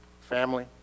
Family